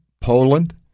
Poland